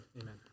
Amen